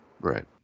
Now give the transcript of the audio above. Right